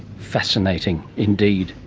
fascinating indeed.